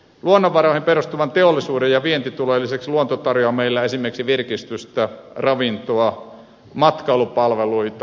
luonnonvaroihin perustuvan teollisuuden ja vientitulojen lisäksi luonto tarjoaa meille esimerkiksi virkistystä ravintoa matkailupalveluita